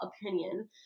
opinion